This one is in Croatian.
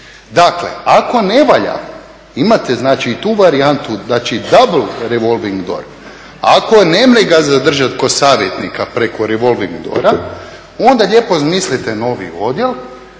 Dakle, ako ne valja, imate znači i tu varijantu, znači duble revolving door. Ako ga ne može zadržati kao savjetnika preko revolving doora onda lijepo izmislite novi odjel,